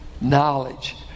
knowledge